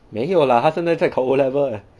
没有 lah 他现在在考 O level eh